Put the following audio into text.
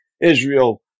Israel